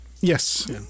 Yes